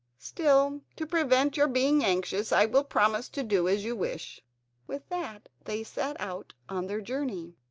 still, to prevent your being anxious i will promise to do as you wish with that they set out on their journey.